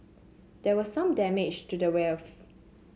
there was some damage to the valve